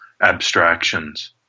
abstractions